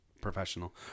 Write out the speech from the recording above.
professional